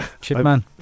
Chipman